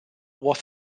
was